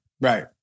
right